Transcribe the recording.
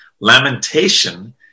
lamentation